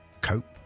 cope